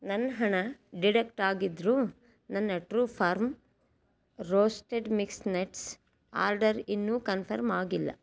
ನನ್ನ ಹಣ ಡಿಡಕ್ಟ್ ಆಗಿದ್ರೂ ನನ್ನ true farm roasted mix nuts order ಇನ್ನೂ ಕನ್ಫರ್ಮ್ ಆಗಿಲ್ಲ